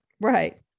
Right